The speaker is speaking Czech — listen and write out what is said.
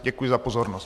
Děkuji za pozornost.